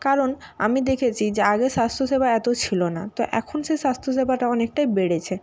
কারণ আমি দেখেছি যে আগে স্বাস্থ্যসেবা এত ছিলো না তো এখন সে স্বাস্থ্যসেবাটা অনেকটাই বেড়েছে